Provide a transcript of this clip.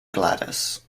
gladys